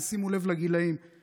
שימו לב לגילים,